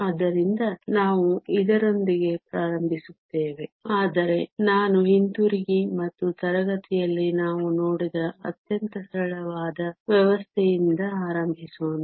ಆದ್ದರಿಂದ ನಾವು ಇದರೊಂದಿಗೆ ಪ್ರಾರಂಭಿಸುತ್ತೇವೆ ಆದರೆ ನಾನು ಹಿಂತಿರುಗಿ ಮತ್ತು ತರಗತಿಯಲ್ಲಿ ನಾವು ನೋಡಿದ ಅತ್ಯಂತ ಸರಳವಾದ ವ್ಯವಸ್ಥೆಯಿಂದ ಆರಂಭಿಸೋಣ